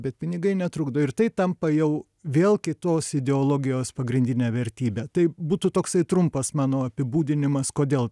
bet pinigai netrukdo ir tai tampa jau vėl kitos ideologijos pagrindine vertybe tai būtų toksai trumpas mano apibūdinimas kodėl